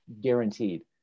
guaranteed